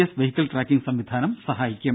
S vehicle tracking സംവിധാനം സഹായിക്കും